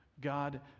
God